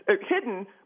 hidden